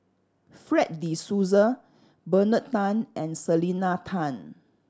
Fred De Souza Bernard Tan and Selena Tan